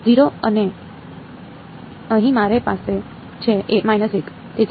0 અને અંતે અહીં મારી પાસે છે 1